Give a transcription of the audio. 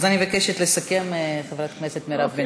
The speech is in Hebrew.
כן, אז אני מבקשת לסכם, חברת הכנסת מירב בן ארי.